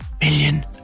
million